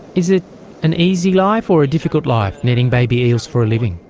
is it an easy life or a difficult life, netting baby eels for a living?